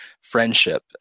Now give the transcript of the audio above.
friendship